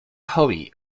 hobby